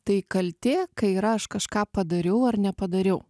tai kaltė kai yra aš kažką padariau ar nepadariau